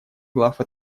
глав